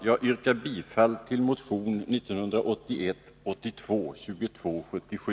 Jag yrkar bifall till motion 1981/82:2277.